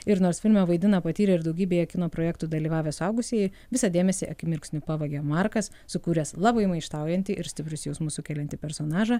ir nors filme vaidina patyrę ir daugybėje kino projektų dalyvavę suaugusieji visą dėmesį akimirksniu pavogia markas sukūręs labai maištaujantį ir stiprius jausmus sukeliantį personažą